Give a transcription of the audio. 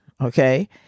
okay